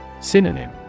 Synonym